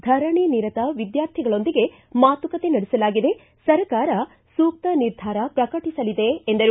ಧರಣಿ ನಿರತ ವಿದ್ವಾರ್ಥಿಗಳೊಂದಿಗೆ ಮಾತುಕತೆ ನಡೆಸಲಾಗಿದೆ ಸರ್ಕಾರ ಸೂಕ್ತ ನಿರ್ಧಾರ ಪ್ರಕಟಿಸಲಿದೆ ಎಂದರು